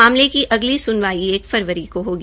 मामले की अगली स्नवाई एक फरवरी हो होगी